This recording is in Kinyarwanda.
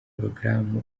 porogaramu